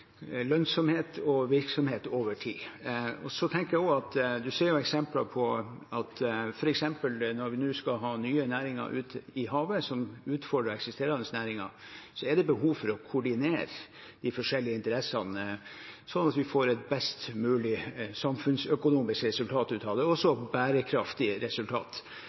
og ha lønnsomhet og virksomhet over tid. Man ser f.eks. at når vi nå skal ha nye næringer ute i havet, som utfordrer eksisterende næringer, er det behov for å koordinere de forskjellige interessene, sånn at vi får et best mulig samfunnsøkonomisk resultat av det – og også et bærekraftig resultat.